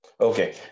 Okay